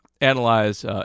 analyze